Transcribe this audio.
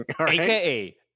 AKA